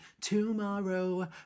tomorrow